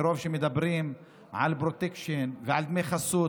מרוב שמדברים על פרוטקשן ועל דמי חסות,